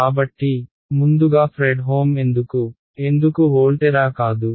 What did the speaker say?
కాబట్టి ముందుగా ఫ్రెడ్హోమ్ ఎందుకు ఎందుకు వోల్టెరా కాదు